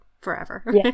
forever